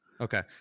Okay